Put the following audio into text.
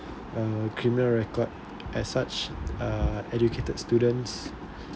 a a criminal record as such err educated students